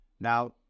now